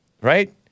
right